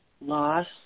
loss